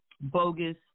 bogus